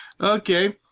Okay